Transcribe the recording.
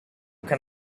can